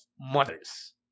mothers